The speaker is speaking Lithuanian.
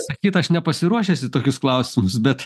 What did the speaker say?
sakyt aš nepasiruošęs į tokius klausimus bet